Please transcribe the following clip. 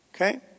Okay